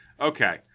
Okay